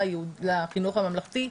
ולחינוך הממלכתי,